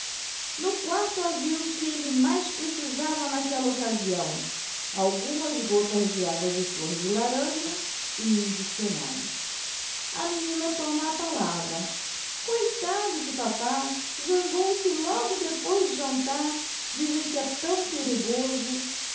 no quarto havia o que elle mais precisava naquella occasião algumas gottas de agua de flor de laranja e um diccionario a menina toma a palavra coitado de papá zangou-se logo depois do jantar dizem que é tão perigoso